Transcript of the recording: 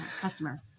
customer